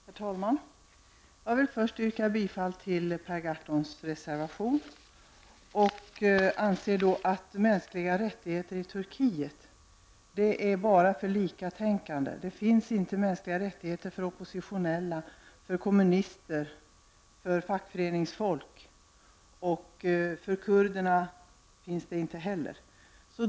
Herr talman! Jag vill först yrka bifall till Per Gahrtons reservation. Mänskliga rättigheter i Turkiet finns enligt min mening endast för likatänkande. Det finns inga mänskliga rättigheter för oppositionella, för kommunister, för fackföreningsfolk och inte heller för kurderna.